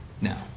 now